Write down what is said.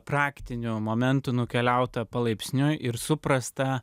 praktinių momentų nukeliauta palaipsniui ir suprasta